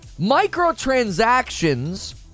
Microtransactions